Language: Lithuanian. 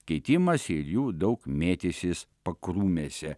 keitimas ir jų daug mėtysis pakrūmėse